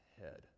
head